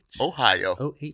Ohio